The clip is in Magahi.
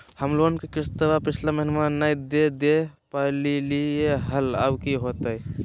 हम लोन के किस्तवा पिछला महिनवा नई दे दे पई लिए लिए हल, अब की होतई?